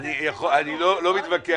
אני לא מתווכח.